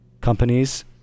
companies